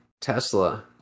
Tesla